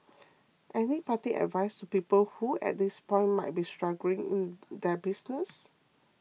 any parting advice to people who at this point might be struggling in their business